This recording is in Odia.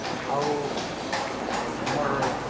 ଆଉ ଆମର୍